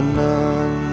none